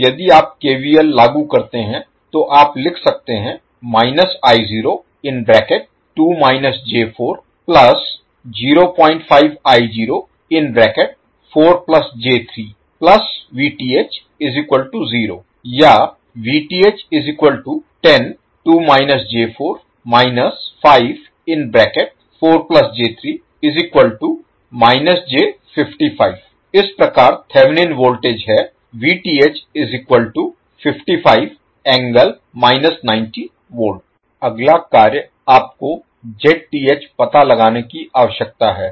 तो यदि आप KVL लागू करते हैं तो आप लिख सकते हैं या इस प्रकार थेवेनिन वोल्टेज है अगला कार्य आपको Zth पता लगाने की आवश्यकता है